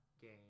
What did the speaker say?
game